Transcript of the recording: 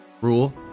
rule